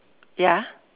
ya